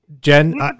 Jen